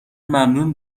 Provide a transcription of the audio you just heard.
ممنون